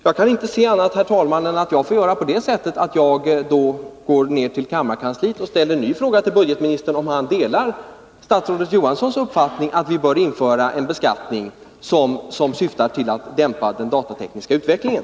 Jag kan, herr talman, inte se annat än att jag får göra på det sättet att jag går till kammarkansliet och ber att få ställa en ny fråga, där jag frågar budgetministern om han delar statsrådet Johanssons uppfattning, att vi bör införa en beskattning som syftar till att dämpa den datatekniska utvecklingen.